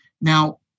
Now